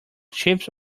chips